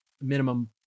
minimum